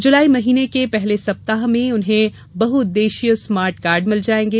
जुलाई माह के प्रथम सप्ताह में उन्हें बहुउद्देश्यीय स्मार्ट कार्ड भिल जायेंगे